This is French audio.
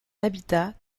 habitat